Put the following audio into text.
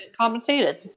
compensated